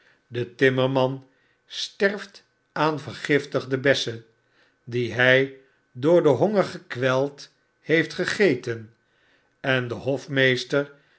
de timmerman sterft aan vergiftige bessen die hy door den honger gekweld heeft gegeten en de